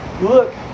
Look